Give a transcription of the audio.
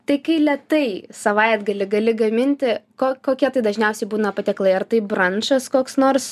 tai kai lėtai savaitgalį gali gaminti ko kokie tai dažniausiai būna patiekalai ar tai brančas koks nors